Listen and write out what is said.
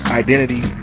identity